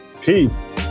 Peace